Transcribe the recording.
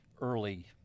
early